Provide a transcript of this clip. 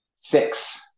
Six